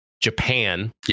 Japan